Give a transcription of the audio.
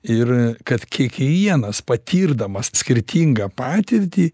ir kad kiekvienas patirdamas skirtingą patirtį